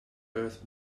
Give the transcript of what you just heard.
earth